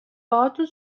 باهاتون